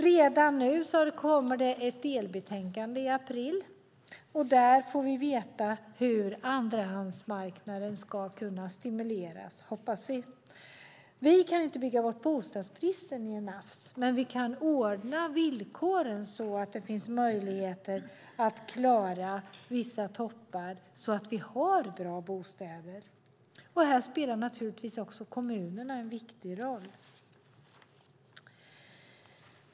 Det kommer ett delbetänkande redan i april, och där hoppas vi få veta hur andrahandsmarknaden ska kunna stimuleras. Vi kan inte bygga bort bostadsbristen i ett nafs, men vi kan ordna villkoren så att det finns möjligheter att klara vissa toppar och att vi har bra bostäder. Här spelar naturligtvis kommunerna en viktig roll.